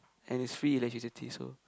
and it's free electricity so